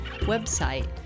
website